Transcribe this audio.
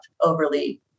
overly